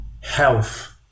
health